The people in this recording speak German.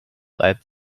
reibt